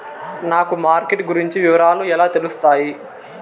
నాకు మార్కెట్ గురించి వివరాలు ఎలా తెలుస్తాయి?